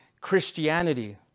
Christianity